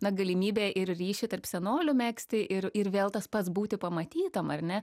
na galimybė ir ryšį tarp senolių megzti ir ir vėl tas pats būti pamatytam ar ne